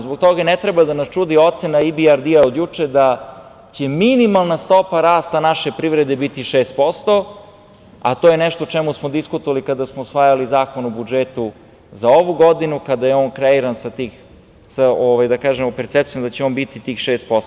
Zbog toga ne treba da nas čudi ocena EBRD-a od juče da će minimalna stopa rasta naše privrede biti 6%, a to je nešto o čemu smo diskutovali kada smo usvajali Zakon o budžetu za ovu godinu, kada je on kreiran sa, da kažemo, percepcijom da će on biti tih 6%